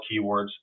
keywords